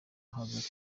haza